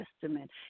Testament